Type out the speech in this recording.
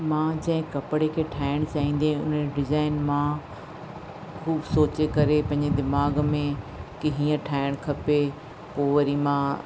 मां जंहिं कपिड़े खे ठाहिणु चाहींदी उन जो डिज़ाइन मां ख़ूब सोचे करे पंहिंजे दिमाग़ में की हीअं ठाहिणु खपे पोइ वरी मां